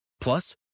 Plus